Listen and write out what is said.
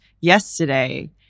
Yesterday